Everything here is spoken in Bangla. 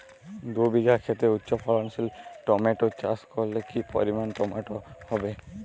দুই বিঘা খেতে উচ্চফলনশীল টমেটো চাষ করলে কি পরিমাণ টমেটো হবে?